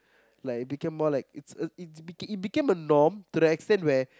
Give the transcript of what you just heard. like it became more like it's it became a norm to the extent where